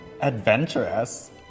Adventurous